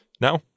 Now